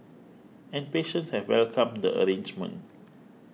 and patients have welcomed the arrangement